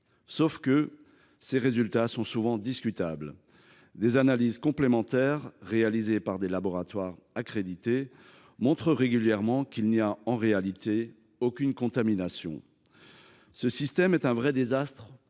abattu. Or ces résultats sont souvent discutables et des analyses complémentaires réalisées par des laboratoires accrédités montrent régulièrement qu’il n’existe en réalité aucune contamination. Ce système est un véritable désastre